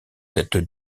cette